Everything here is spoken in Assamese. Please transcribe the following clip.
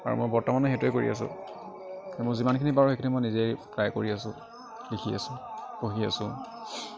আৰু মই বৰ্তমানো সেইটোৱেই কৰি আছো মই যিমানখিনি পাৰোঁ সেইখিনি মই নিজেই ট্ৰাই কৰি আছো লিখি আছো পঢ়ি আছো